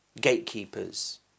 gatekeepers